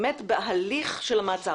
בהליך של המעצר,